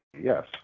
Yes